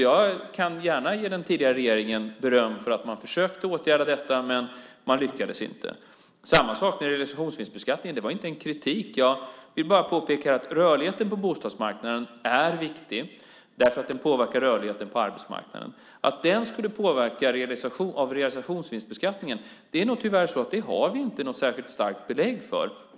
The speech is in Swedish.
Jag kan gärna ge den tidigare regeringen beröm för att man försökte åtgärda detta, men man lyckades inte. Det är samma sak när det gäller realisationsvinstbeskattningen. Det var inte en kritik. Jag vill bara påpeka att rörligheten på bostadsmarknaden är viktig därför att den påverkar rörligheten på arbetsmarknaden. Vi har nog tyvärr inte något särskilt starkt belägg för att den skulle påverkas av realisationsvinstbeskattningen.